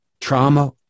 trauma